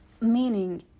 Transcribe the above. meaning